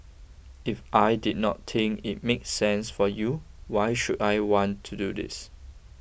if I did not think it make sense for you why should I want to do this